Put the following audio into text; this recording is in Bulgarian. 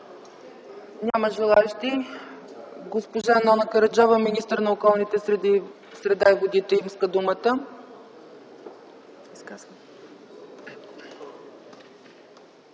Няма желаещи. Госпожа Нона Караджова – министър на околната среда и водите, иска думата.